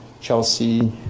Chelsea